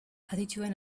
adituen